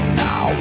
now